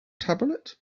tablet